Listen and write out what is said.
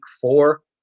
four